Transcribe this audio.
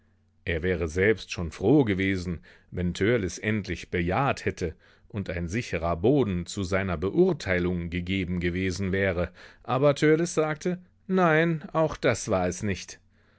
er wäre selbst schon froh gewesen wenn törleß endlich bejaht hätte und ein sicherer boden zu seiner beurteilung gegeben gewesen wäre aber törleß sagte nein auch das war es nicht